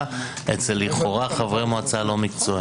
אצל לכאורה חברי מועצה לא מקצועיים.